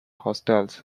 hostels